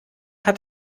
hat